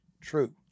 true